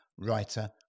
writer